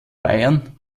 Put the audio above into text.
bayern